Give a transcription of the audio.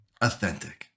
authentic